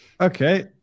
Okay